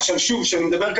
אז דיברנו